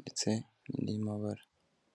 ndetse n'andi mabara.